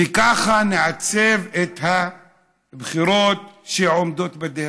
וככה נעצב את הבחירות שעומדות בדרך.